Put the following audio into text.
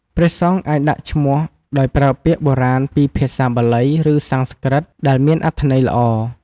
ព្រះសង្ឃអាចដាក់ឈ្មោះដោយប្រើពាក្យបុរាណពីភាសាបាលី ឬសំស្ក្រឹត ដែលមានអត្ថន័យល្អ។